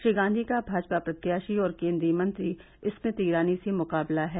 श्री गांधी का भाजपा प्रत्याशी और केन्द्रीय मंत्री स्मृति ईरानी से मुकाबला है